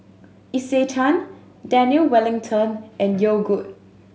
Isetan Daniel Wellington and Yogood